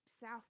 South